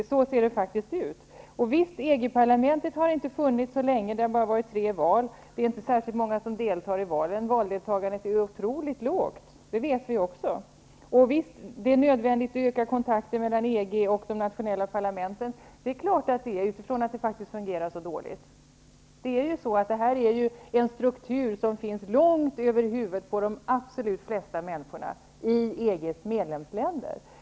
Så är det faktiskt. Visst är det så, att EG-parlamentet inte har funnits särskilt länge. Det har ju bara varit tre val, och det är inte särskilt många som deltar i valen. Valdeltagandet är faktiskt otroligt litet -- det vet vi också. Och visst är det nödvändigt att utöka kontakterna mellan EG och de nationella parlamenten. Det är självfallet så, utifrån det faktum att det fungerar så dåligt. Det handlar här om en struktur som finns långt över huvudena på flertalet människor i EG:s medlemsländer.